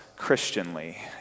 Christianly